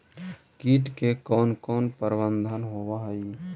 किट के कोन कोन प्रबंधक होब हइ?